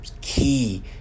key